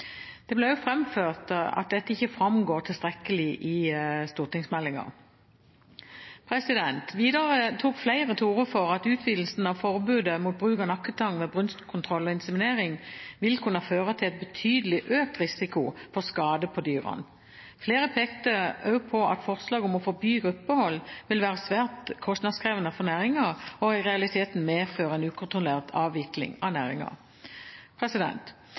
Det ble framført at dette ikke framgår tilstrekkelig i stortingsmeldingen. Videre tok flere til orde for at utvidelsen av forbudet mot bruk av nakketang ved brunstkontroll og inseminering vil kunne føre til betydelig økt risiko for skade på dyrene. Flere pekte også på at forslaget om å forby gruppehold vil være svært kostnadskrevende for næringen og i realiteten medføre en ukontrollert avvikling av